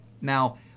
Now